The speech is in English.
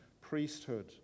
priesthood